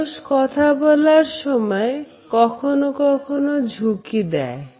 মানুষ কথা বলার সময় কখনো কখনো ঝুঁকি দেয়